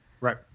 Right